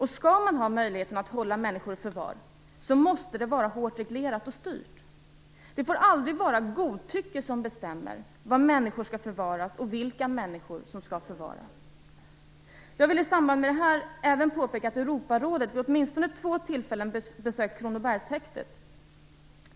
Skall man ha möjligheten att hålla människor i förvar måste det vara hårt reglerat och styrt. Det får aldrig vara godtycke som bestämmer var människor skall förvaras och vilka människor som skall förvaras. Jag vill i samband med detta även påpeka att Europarådet vid åtminstone två tillfällen besökt Kronobergshäktet.